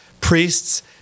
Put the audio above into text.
priests